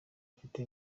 afite